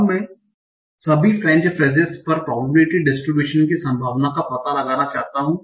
अब मैं सभी फ़्रेंच फ़्रेजेस पर प्रोबेबिलिटी डिस्ट्रिब्यूशन की संभावना का पता लगाना चाहता हूं